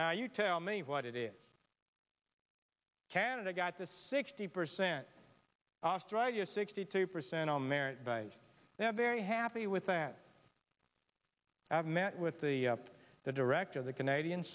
now you tell me what it is canada got this sixty percent australia sixty two percent on merit by now very happy with that i have met with the the director of the canadian